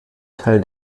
teil